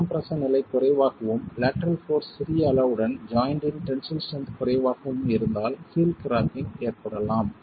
pre compression நிலை குறைவாகவும் lateral force சிறிய அளவுடன் ஜாய்ண்ட்டின் டென்சில் ஸ்ட்ரென்த் குறைவாகவும் இருந்தால் ஹீல் கிராக்கிங் ஏற்படலாம்